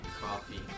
coffee